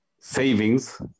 Savings